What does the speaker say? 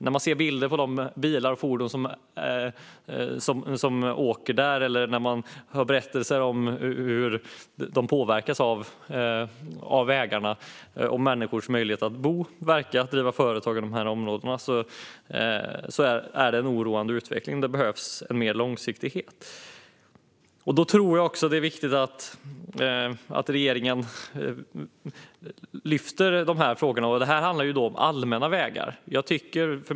När man ser bilder på de bilar och fordon som åker där och hör berättelser om hur vägarna påverkar människors möjlighet att bo, verka och driva företag i dessa områden oroar man sig för utvecklingen. Det behövs mer långsiktighet, och därför är det viktigt att regeringen lyfter de här frågorna. Det här handlar om allmänna vägar.